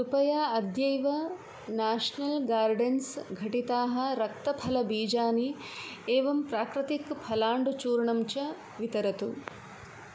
कृपया अद्यैव National Gardens घटिताः रक्तफलबीजानि एवं प्राकृतिक् फलाण्डुचूर्णम् च वितरतु